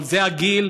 אבל זה הגיל,